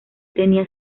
tenía